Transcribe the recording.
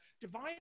divine